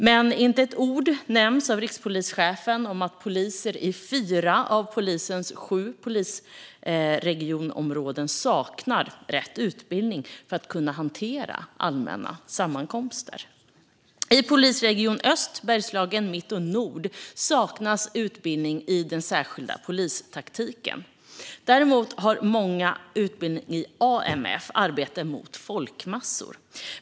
Rikspolischefen nämnde inte med ett ord att poliser i fyra av polisens sju polisregionområden saknar rätt utbildning för att kunna hantera allmänna sammankomster. I polisregion Öst, Bergslagen, Mitt och Nord saknas utbildning i den särskilda polistaktiken. Däremot har många utbildning i AMF, arbete mot folkmassor.